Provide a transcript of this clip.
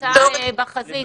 אנחנו מצטערים שאתה בחזית,